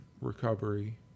recovery